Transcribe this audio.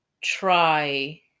try